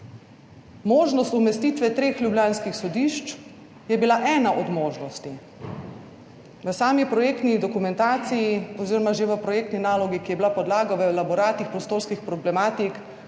Možnost umestitve treh ljubljanskih sodišč je bila ena od možnosti. V sami projektni dokumentaciji oziroma že v projektni nalogi, ki je bila podlaga v elaboratih prostorskih problematik,